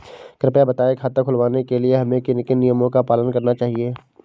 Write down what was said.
कृपया बताएँ खाता खुलवाने के लिए हमें किन किन नियमों का पालन करना चाहिए?